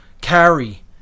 carry